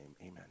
amen